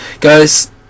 guys